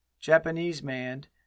Japanese-manned